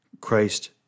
Christ